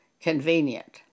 convenient